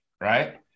Right